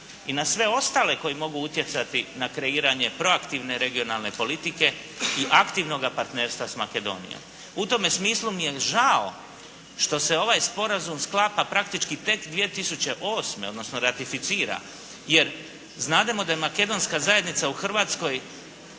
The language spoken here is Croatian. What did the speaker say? i na sve ostale koji mogu utjecati na kreiranje proaktivne regionalne politike i aktivnoga partnerstva s Makedonijom. U tome smislu mi je žao što se ovaj sporazum sklapa tek 2008. odnosno ratificira, jer znademo da je Makedonska zajednica u Hrvatskoj